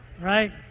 Right